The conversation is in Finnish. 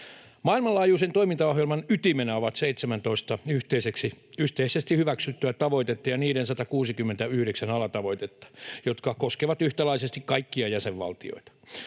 Maailmanlaajuisen toimintaohjelman ytimenä ovat 17 yhteisesti hyväksyttyä tavoitetta ja niiden 169 alatavoitetta, jotka koskevat yhtäläisesti kaikkia jäsenvaltioita.